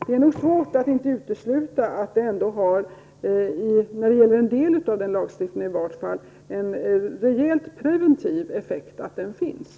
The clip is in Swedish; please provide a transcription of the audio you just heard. Det är nog svårt att utesluta, i varje fall när det gäller en del av den lagstiftningen, att det innebär en rejält preventiv effekt att den finns.